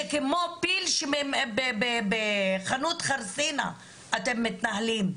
זה כמו פיל בחנות חרסינה איך שאתם מתנהלים.